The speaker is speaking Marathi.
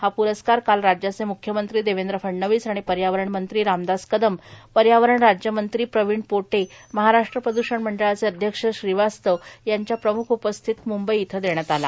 हा प्रस्कार काल राज्याचे म्ख्यमंत्री देवेंद्र फडणवीस आणि पर्यावरण मंत्री रामदास कदम पर्यावरण राज्यमंत्री प्रवीण पोटे महारष्ट्र प्रदूषण मंडळाचे अध्यक्ष श्रीवास्तव यांच्या प्रम्ख उपस्थितीत म्ंबई इथं देण्यात आला